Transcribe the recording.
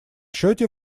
счете